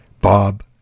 Bob